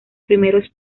primeros